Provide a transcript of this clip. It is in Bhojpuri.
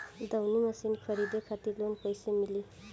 दऊनी मशीन खरीदे खातिर लोन कइसे मिली?